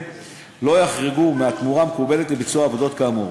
לא יחרוג מהתמורה המקובלת לביצוע עבודות כאמור.